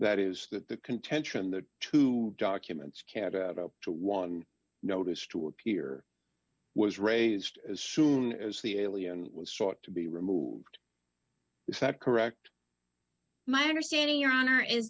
that is that the contention that two documents carried out to one notice to appear was raised as soon as the alien was sought to be removed is that correct my understanding your honor